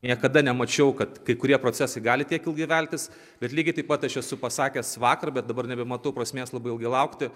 niekada nemačiau kad kai kurie procesai gali tiek ilgai veltis bet lygiai taip pat aš esu pasakęs vakar bet dabar nebematau prasmės labai ilgai laukti